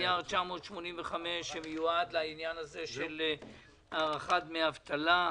מיליארד שקלים שמיועדים להארכת דמי האבטלה.